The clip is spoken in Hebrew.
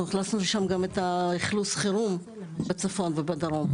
אנחנו הכנסנו לשם גם את האכלוס חירום בצפון ובדרום.